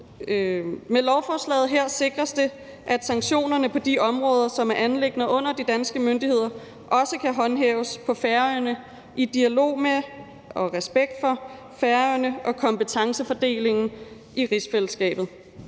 Med lovforslaget her sikres det, at sanktioner på de områder, som er anliggender under de danske myndigheder, også kan håndhæves på Færøerne i dialog med og med respekt for Færøerne og kompetencefordelingen i rigsfællesskabet.